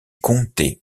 comptait